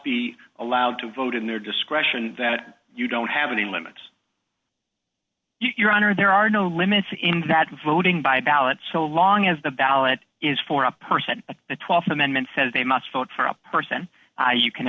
be allowed to vote in their discretion that you don't have any limits your honor there are no limits in that voting by ballot so long as the ballot is for a person the th amendment says they must vote for a person you can